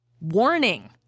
Warning